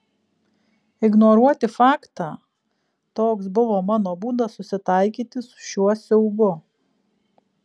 ignoruoti faktą toks buvo mano būdas susitaikyti su šiuo siaubu